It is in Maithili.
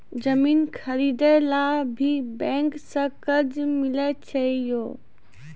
जमीन खरीदे ला भी बैंक से कर्जा मिले छै यो?